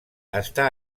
està